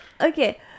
Okay